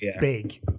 big